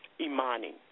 Imani